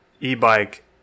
e-bike